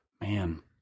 Man